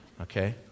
Okay